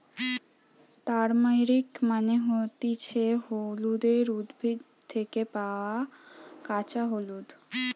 turmeric মানে হতিছে হলুদের উদ্ভিদ থেকে পায়া কাঁচা হলুদ